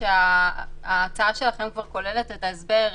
ההצעה שלכם כוללת כבר את ההסבר.